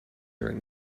during